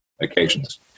occasions